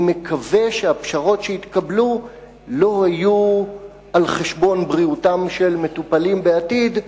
אני מקווה שהפשרות שהתקבלו לא היו על-חשבון בריאותם של מטופלים בעתיד.